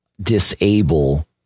disable